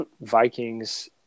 Vikings